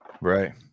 Right